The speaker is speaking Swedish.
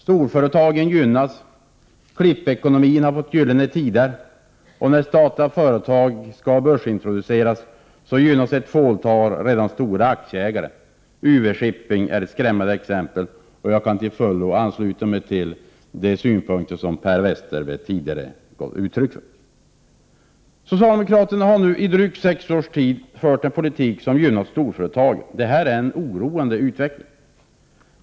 Storföretagen gynnas. Klippekonomin har fått gyllene tider. När statliga företag skall börsintroduceras gynnas ett fåtal redan stora aktieägare. UV-Shipping är ett skrämmande exempel. Jag kan till fullo ansluta mig till de synpunkter som Per Westerberg tidigare gav uttryck för. Socialdemokraterna har nu i drygt sex års tid fört en politik som gynnat storföretagen. Det här är en oroande utveckling.